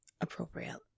appropriate